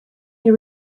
your